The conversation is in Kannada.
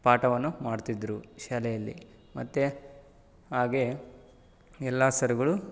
ಪಾಠವನ್ನು ಮಾಡ್ತಿದ್ದರು ಶಾಲೆಯಲ್ಲಿ ಮತ್ತು ಹಾಗೆ ಎಲ್ಲ ಸರ್ಗಳು